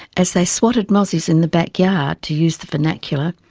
as they swatted mozzies in the backyard, to use the vernacular,